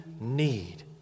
need